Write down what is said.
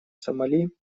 сомали